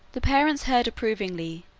the parents heard approvingly,